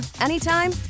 anytime